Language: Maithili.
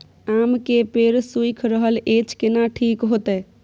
आम के पेड़ सुइख रहल एछ केना ठीक होतय?